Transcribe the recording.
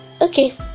okay